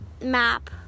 map